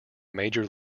major